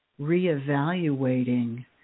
reevaluating